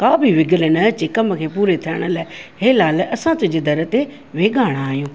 का बि विघन न अचे कम खे पूरे थियण लाइ हे लाल असां तुंहिंजे दर ते वेॻाणा आहियूं